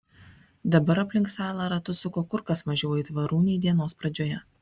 dabar aplink salą ratus suko kur kas mažiau aitvarų nei dienos pradžioje